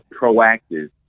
proactive